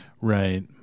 right